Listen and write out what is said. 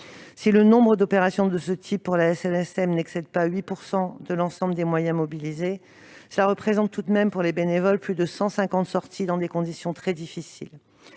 Si le nombre d'opérations de ce type pour la SNSM n'excède pas 8 % de l'ensemble des moyens mobilisés, cela représente tout de même pour les bénévoles plus de 150 sorties, dans des conditions très difficiles.